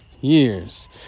years